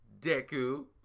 Deku